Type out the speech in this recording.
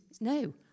No